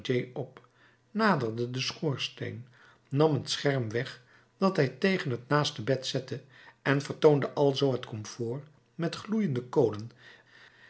op naderde den schoorsteen nam het scherm weg dat hij tegen het naaste bed zette en vertoonde alzoo het komfoor met gloeiende kolen